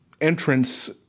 entrance